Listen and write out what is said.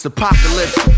Apocalypse